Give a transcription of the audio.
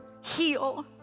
Heal